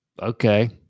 Okay